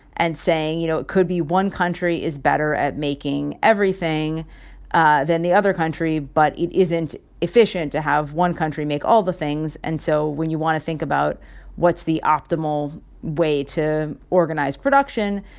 and saying, you know, it could be one country is better at making everything ah than the other country, but it isn't efficient to have one country make all the things. and so when you want to think about what's the optimal way to organize production,